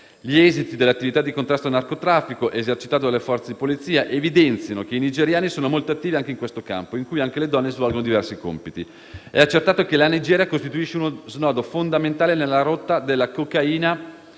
Gli esiti dell'attività di contrasto al narcotraffico, esercitata dalle Forze di polizia, evidenziano che i nigeriani sono molto attivi anche in questo campo, in cui anche le donne svolgono diversi compiti. È accertato che la Nigeria costituisce uno snodo fondamentale nella rotta della cocaina